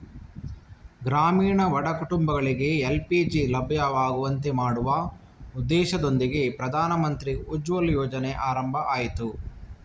ಗ್ರಾಮೀಣ ಬಡ ಕುಟುಂಬಗಳಿಗೆ ಎಲ್.ಪಿ.ಜಿ ಲಭ್ಯವಾಗುವಂತೆ ಮಾಡುವ ಉದ್ದೇಶದೊಂದಿಗೆ ಪ್ರಧಾನಮಂತ್ರಿ ಉಜ್ವಲ ಯೋಜನೆ ಆರಂಭ ಆಯ್ತು